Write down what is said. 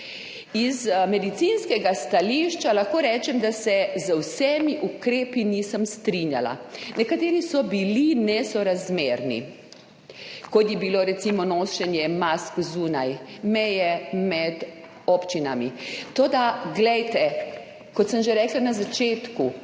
Z medicinskega stališča lahko rečem, da se z vsemi ukrepi nisem strinjala, nekateri so bili nesorazmerni, kot je bilo recimo nošenje mask zunaj meje med občinami, toda glejte, kot sem že rekla na začetku,